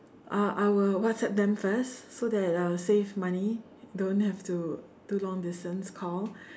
I I will WhatsApp them first so that I'll save money don't have to do long distance call